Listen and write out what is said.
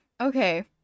okay